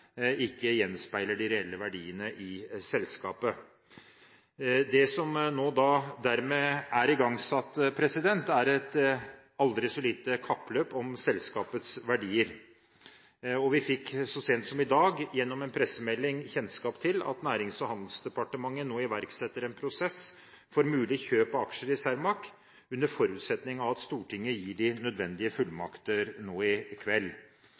ikke gjenspeiler de reelle verdiene i selskapet. Det som dermed er igangsatt, er et aldri så lite kappløp om selskapets verdier. Vi fikk så sent som i dag i en pressemelding kjennskap til at Nærings- og handelsdepartementet nå iverksetter en prosess for mulig kjøp av aksjer i Cermaq ASA, under forutsetning av at Stortinget gir de nødvendige fullmakter nå i kveld.